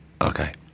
Okay